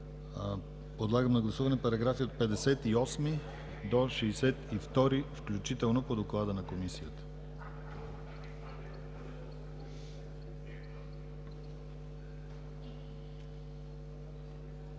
Подлагам на гласуване параграфи от 58 до 62 включително по доклада на Комисията.